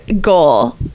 goal